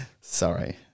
Sorry